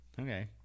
Okay